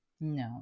No